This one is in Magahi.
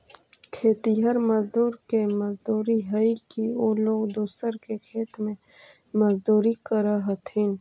खेतिहर मजदूर के मजबूरी हई कि उ लोग दूसर के खेत में मजदूरी करऽ हथिन